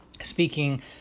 speaking